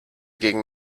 gegen